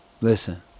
Listen